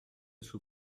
sous